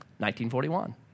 1941